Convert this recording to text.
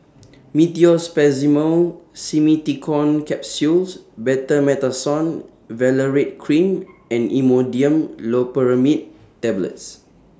Meteospasmyl Simeticone Capsules Betamethasone Valerate Cream and Imodium Loperamide Tablets